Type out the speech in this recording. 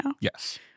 Yes